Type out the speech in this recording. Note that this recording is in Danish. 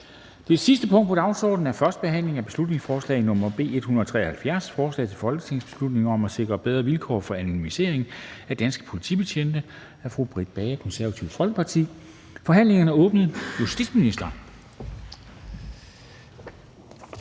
Det sidste punkt på dagsordenen er: 37) 1. behandling af beslutningsforslag nr. B 173: Forslag til folketingsbeslutning om at sikre bedre vilkår for anonymisering af danske politibetjente. Af Britt Bager (KF) m.fl. (Fremsættelse